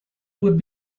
would